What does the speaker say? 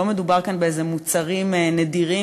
לא מדובר כאן באיזה מוצרים נדירים,